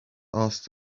asked